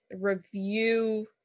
review